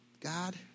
God